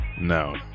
No